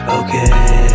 okay